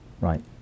right